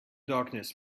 darkness